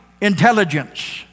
intelligence